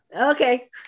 Okay